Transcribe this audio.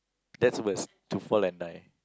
that's worst to fall and die